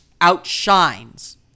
outshines